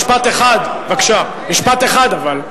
משפט אחד, משפט אחד אבל.